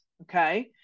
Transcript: Okay